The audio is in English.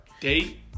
Date